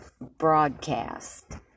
broadcast